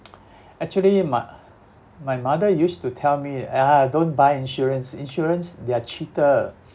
actually my mother used to tell ah don't buy insurance insurance they are cheater